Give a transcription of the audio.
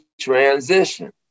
transition